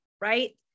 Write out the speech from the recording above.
right